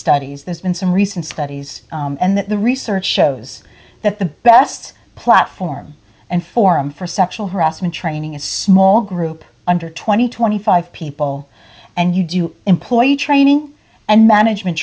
studies there's been some recent studies and that the research shows that the best platform and forum for sexual harassment training is small group under twenty twenty five people and you do employee training and management